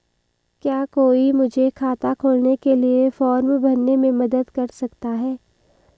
क्या कोई मुझे खाता खोलने के लिए फॉर्म भरने में मदद कर सकता है?